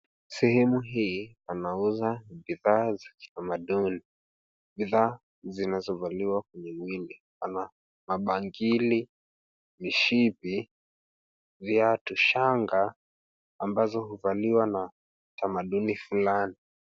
Sehemu hii panauza bidhaa za kitamaduni. Bidhaa zinazovaliwa mwilini, kama mabangili, mishipi, viatu, shanga, ambazo huvaliwa na utamaduni fulani.